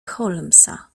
holmesa